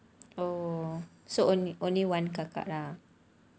oh only one kakak lah